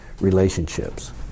relationships